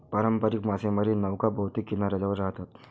पारंपारिक मासेमारी नौका बहुतेक किनाऱ्याजवळ राहतात